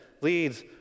leads